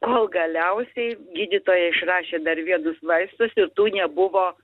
kol galiausiai gydytoja išrašė dar vienus vaistus ir tų nebuvo